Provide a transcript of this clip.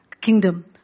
kingdom